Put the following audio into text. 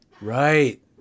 Right